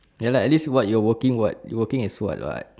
ya lah at least what you are working [what] you working as what [what]